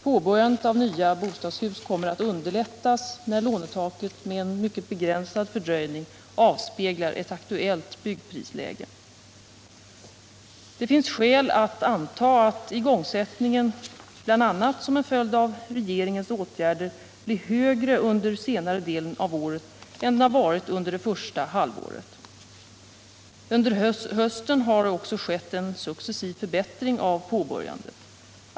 Påbörjandet av nya bostadshus kommer att underlättas när lånetaket med en mycket begränsad fördröjning avspeglar ett aktuellt byggprisläge. Det finns skäl att anta att igångsättningen bl.a. som en följd av regeringens åtgärder blir högre under senare delen av året än den var under det första halvåret. Under hösten har det också skett en successiv förbättring av påbörjandet.